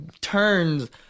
turns